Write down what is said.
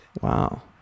Wow